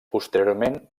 posteriorment